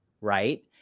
right